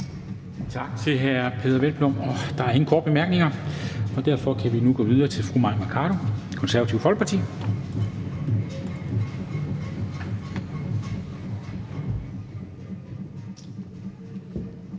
Tak til hr. Peder Hvelplund. Der er ingen korte bemærkninger, og derfor kan vi nu gå videre til fru Mai Mercado, Det Konservative Folkeparti.